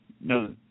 No